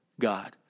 God